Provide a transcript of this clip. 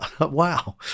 Wow